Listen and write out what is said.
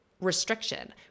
restriction